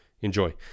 Enjoy